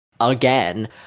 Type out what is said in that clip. again